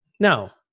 Now